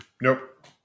nope